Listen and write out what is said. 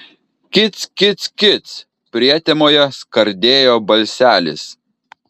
kic kic kic prietemoje skardėjo balselis